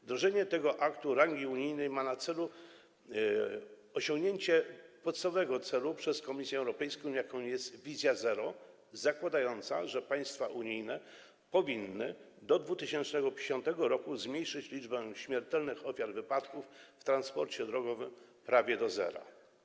Wdrożenie tego aktu rangi unijnej ma na celu osiągnięcie podstawowego celu założonego przez Komisję Europejską, jakim jest „wizja zero” zakładająca, że państwa unijne powinny do 2050 r. zmniejszyć liczbę śmiertelnych ofiar wypadków w transporcie drogowym prawie do zera.